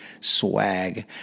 swag